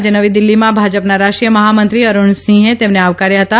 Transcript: આજે નવી દીલ્ફીમાં ભાજપના રાષ્ટ્રીય મહામંત્રી અરૂણસિંહે તેમને આવકાર્યા હતા